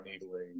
needling